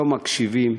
לא מקשיבים.